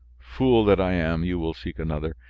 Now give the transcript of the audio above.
fool that i am! you will seek another.